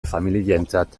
familientzat